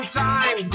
time